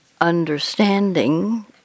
understanding